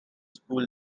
school